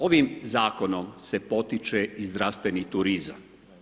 Ovim zakonom se potiče i zdravstveni turizam.